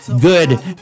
Good